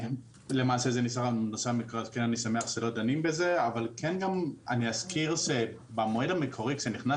למעשה כן אני שמח שלא דנים בזה אבל כן אזכיר שבמועד המקורי כשנכנס